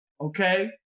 okay